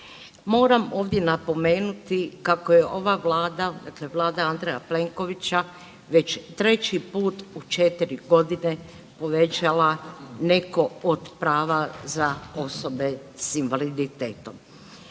Moram ovdje napomenuti kako je ova vlada, dakle vlada Andreja Plenkovića već treći put u 4 godine uvećala neko od prava za osobe s invaliditetom.